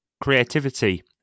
creativity